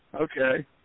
Okay